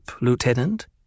lieutenant